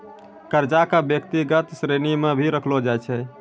कर्जा क व्यक्तिगत श्रेणी म भी रखलो जाय छै